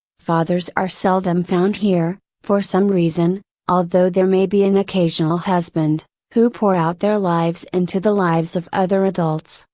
fathers are seldom found here, for some reason, although there may be an occasional husband, who pour out their lives into the lives of other adults,